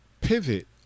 pivot